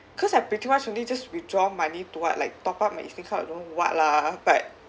because I pretty much only just withdraw money to what like top up my E_Z_link card or don't know what lah but